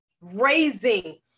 raising